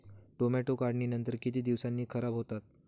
Tomato काढणीनंतर किती दिवसांनी खराब होतात?